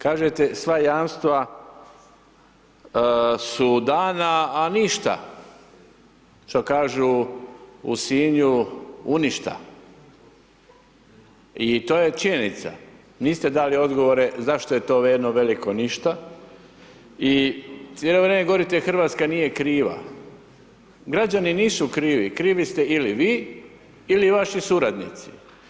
Kažete, sva jamstva su dana, a ništa, što kažu u Sinju, u ništa i to je činjenica, niste dali odgovore zašto je to jedno veliko ništa i cijelo vrijeme govorite RH nije kriva, građani nisu krivi, krivi ste ili vi ili vaši suradnici.